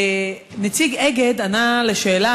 נציג "אגד" ענה על השאלה,